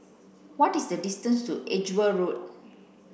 what is the distance to Edgeware Road